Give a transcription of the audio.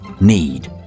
need